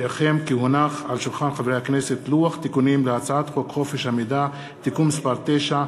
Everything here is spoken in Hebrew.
לוח תיקונים להצעת חוק חופש המידע (תיקון מס' 9),